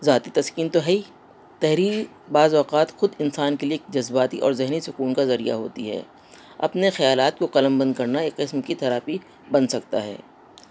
ذاتی تسکین تو ہے تحریر بعض اوقات خود انسان کے لیے ایک جذباتی اور ذہنی سکون کا ذریعہ ہوتی ہے اپنے خیالات کو قلم بند کرنا ایک قسم کی تھراپی بن سکتا ہے